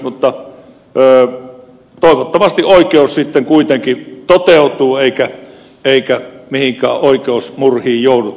mutta toivottavasti oikeus kuitenkin toteutuu eikä mihinkään oikeusmurhiin jouduta